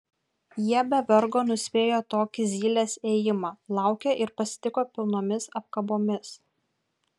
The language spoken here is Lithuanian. jie be vargo nuspėjo tokį zylės ėjimą laukė ir pasitiko pilnomis apkabomis